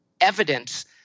evidence